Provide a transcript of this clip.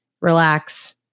relax